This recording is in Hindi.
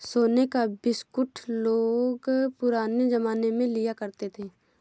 सोने का बिस्कुट लोग पुराने जमाने में लिया करते थे